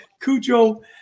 Cujo